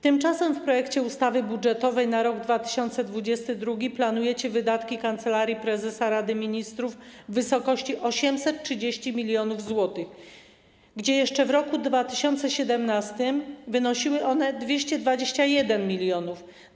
Tymczasem w projekcie ustawy budżetowej na rok 2022 planujecie wydatki Kancelarii Prezesa Rady Ministrów w wysokości 830 mln zł, gdy jeszcze w roku 2017 wynosiły one 221 mln zł.